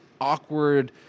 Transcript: awkward